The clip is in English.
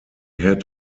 had